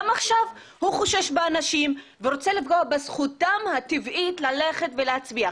גם עכשיו הוא חושד באנשים ורוצה לפגוע בזכותם הטבעית ללכת ולהצביע.